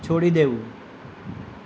છોડી દેવું